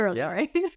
right